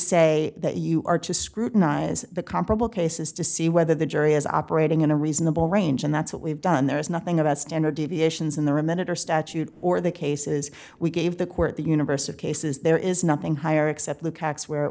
say that you are to scrutinize the comparable cases to see whether the jury is operating in a reasonable range and that's what we've done there is nothing about standard deviations in the remanded or statute or the cases we gave the court the universe of cases there is nothing higher except look x where it